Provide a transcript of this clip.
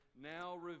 Now